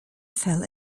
fell